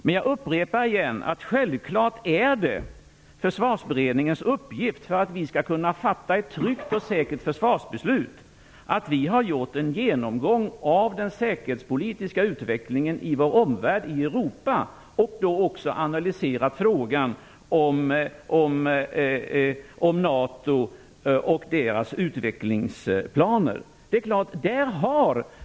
Men jag upprepar att det självfallet för att vi skall kunna fatta ett tryggt och säkert försvarsbeslut är Försvarsberedningens uppgift att göra en genomgång av den säkerhetspolitiska utvecklingen i vår omvärld i Europa, och då också analysera frågan om NATO och dess utvecklingsplaner.